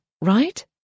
right